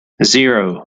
zero